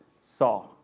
saw